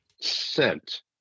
scent